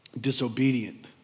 disobedient